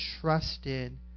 trusted